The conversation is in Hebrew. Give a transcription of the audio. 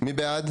מי בעד?